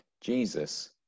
Jesus